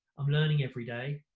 i'm learning every day.